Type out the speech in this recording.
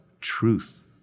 truth